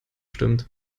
stimmt